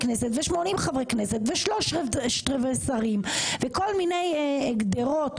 כנסת ו-80 חברי כנסת ושלושת רבעי שרים וכל מיני גדרות,